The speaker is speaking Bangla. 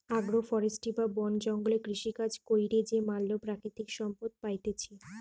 আগ্রো ফরেষ্ট্রী বা বন জঙ্গলে কৃষিকাজ কইরে যে ম্যালা প্রাকৃতিক সম্পদ পাইতেছি